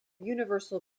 universal